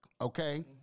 Okay